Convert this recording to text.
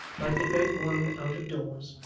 like the great one out of doors,